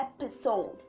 episode